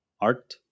art